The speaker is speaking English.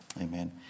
Amen